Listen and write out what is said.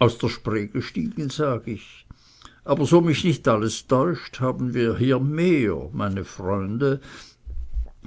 aus der spree gestiegen sag ich aber so mich nicht alles täuscht haben wir hier mehr meine freunde